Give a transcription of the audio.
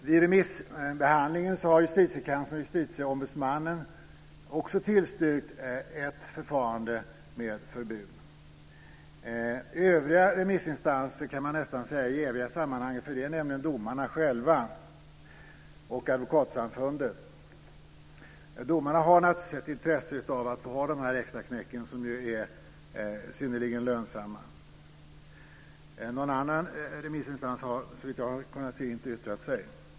Vid remissbehandlingen har också Justitieombudsmannen och Justitiekanslern tillstyrkt ett förfarande med förbud. Övriga remissinstanser är nästan jäviga, eftersom det är domarna själva och Advokatsamfundet. Domarna har naturligtvis ett intresse av att få ha dessa extraknäck som ju är synnerligen lönsamma. Såvitt jag har kunnat se är det ingen annan remissinstans som har yttrat sig.